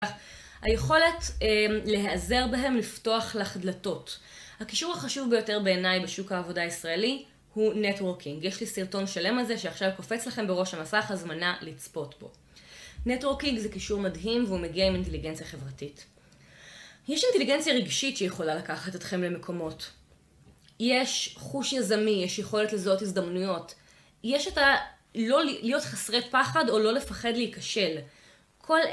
היכולת להיעזר בהם לפתוח לך דלתות. הקישור החשוב ביותר בעיניי בשוק העבודה הישראלי הוא נטוורקינג. יש לי סרטון שלם על זה שעכשיו קופץ לכם בראש המסך, הזמנה לצפות פה. נטרוקינג זה כישור מדהים והוא מגיע עם אינטליגנציה חברתית. יש אינטליגנציה רגשית שיכולה לקחת אתכם למקומות. יש חוש יזמי, יש יכולת לזהות הזדמנויות. יש את ה.. להיות חסרי פחד או לא לפחד להיכשל.